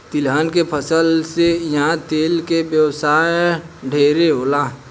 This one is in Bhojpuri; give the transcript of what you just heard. तिलहन के फसल से इहा तेल के व्यवसाय ढेरे होला